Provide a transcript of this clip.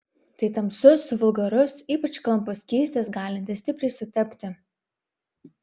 tai tamsus vulgarus ypač klampus skystis galintis stipriai sutepti